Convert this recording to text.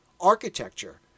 architecture